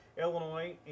Illinois